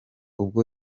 ubwo